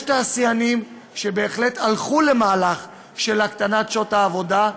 יש תעשיינים שבהחלט הלכו למהלך של הקטנת מספר שעות העבודה,